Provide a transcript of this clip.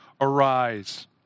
arise